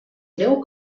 greu